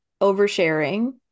oversharing